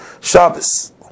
Shabbos